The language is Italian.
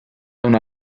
una